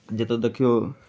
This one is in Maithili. जतय देखियौ